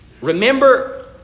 Remember